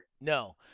No